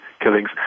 killings